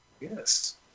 Yes